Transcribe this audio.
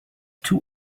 too